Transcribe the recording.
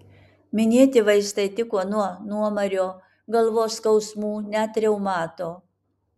minėti vaistai tiko nuo nuomario galvos skausmų net reumato